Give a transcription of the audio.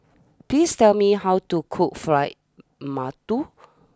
please tell me how to cook Fried Mantou